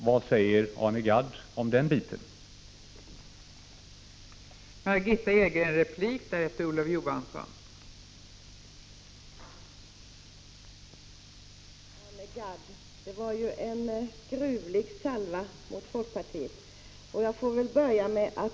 Vad har Arne Gadd att säga i denna fråga?